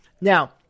Now